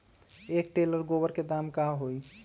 एक टेलर गोबर के दाम का होई?